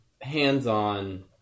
hands-on